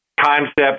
concept